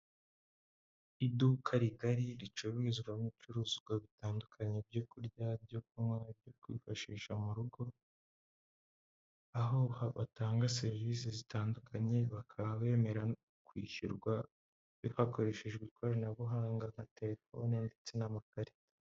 Iduka rigari, ricururizwamo ibicuruzwa bitandukanye, byo kurya, byo kunywa, byo kwifashisha mu rugo, aho batanga serivise zitandukanye, bakaba bemera kwishyurwa hakoreshejwe ikoranabuhanga, nka telefone ndetse n'amakarita.